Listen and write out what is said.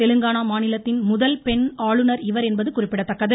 தெலுங்கானா மாநிலத்தின் முதல் பெண் ஆளுநர் இவர் என்பது குறிப்பிடத்தக்கது